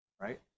right